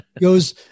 goes